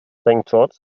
george’s